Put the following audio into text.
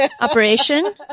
operation